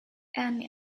and